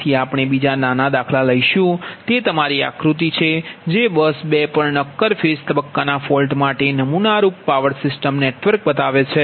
તેથી આપણે બીજા નાના દાખલા લઈશું તે તમારી આકૃતિ છે જે બસ પર નક્કર ફેઝ તબક્કાના ફોલ્ટ માટે નમૂના રૂપ પાવર સિસ્ટમ નેટવર્ક બતાવે છે